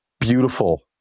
beautiful